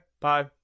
bye